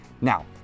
Now